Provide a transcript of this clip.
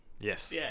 Yes